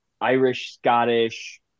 Irish-Scottish